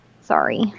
Sorry